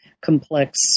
complex